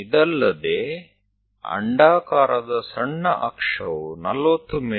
ಇದಲ್ಲದೆ ಅಂಡಾಕಾರದ ಸಣ್ಣ ಅಕ್ಷವು 40 ಮಿ